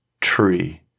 tree